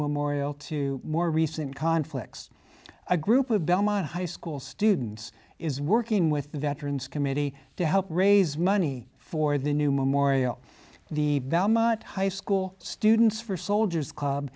memorial to more recent conflicts a group of belmont high school students is working with the veterans committee to help raise money for the new memorial the velma high school students for soldiers